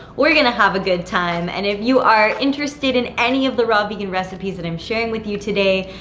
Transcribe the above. we're going to have a good time, and if you are interested in any of the raw vegan recipes that i'm sharing with you today,